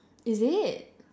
is it